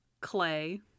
Clay